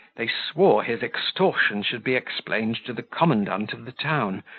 they swore his extortion should be explained to the commandant of the town,